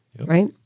right